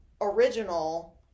original